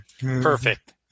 perfect